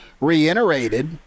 reiterated